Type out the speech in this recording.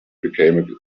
became